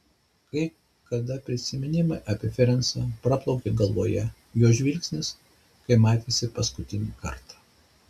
kai kada prisiminimai apie ferencą praplaukia galvoje jo žvilgsnis kai matėsi paskutinį kartą